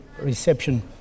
reception